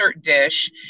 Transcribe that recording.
dish